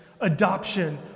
adoption